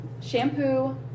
shampoo